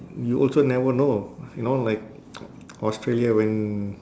you also never know you know like australia when